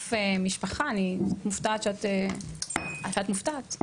אגף משפחה ,אני מופתעת שאת מופתעת.